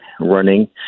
running